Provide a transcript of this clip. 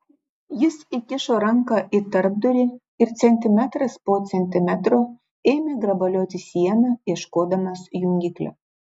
jis įkišo ranką į tarpdurį ir centimetras po centimetro ėmė grabalioti sieną ieškodamas jungiklio